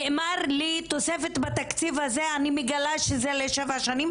נאמר לי תוספת בתקציב הזה שאני מגלה שהיא לשבע שנים.